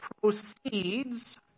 proceeds